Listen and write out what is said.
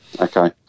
okay